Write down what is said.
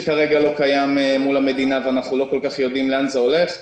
שכרגע לא קיים מול המדינה ואנחנו לא כל כך יודעים לאן זה הולך.